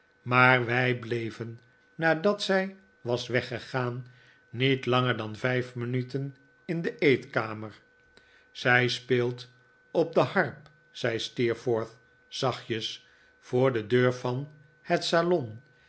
maar wij bleven nadat zij was weggegaan niet langer dan viif minuten in de eetkamer zij speelt op de harp zei steerforth zachtjes voor de deur van het salon